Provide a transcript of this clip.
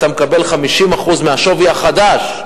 אתה מקבל 50% מהשווי החדש.